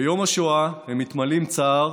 ביום השואה הם מתמלאים צער